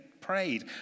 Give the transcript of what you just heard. prayed